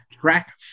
Track